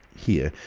here.